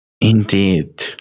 Indeed